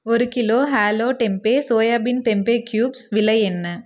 ஒரு kilo hello tempeh soybean tempeh cubes விலை என்ன